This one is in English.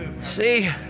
See